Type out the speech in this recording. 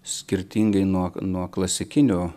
skirtingai nuo nuo klasikinių